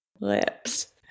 lips